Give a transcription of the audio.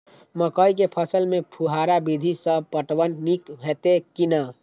मकई के फसल में फुहारा विधि स पटवन नीक हेतै की नै?